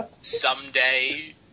someday